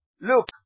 look